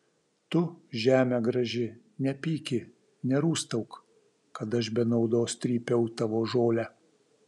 tu žeme graži nepyki nerūstauk kad aš be naudos trypiau tavo žolę